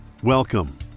Welcome